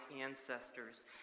ancestors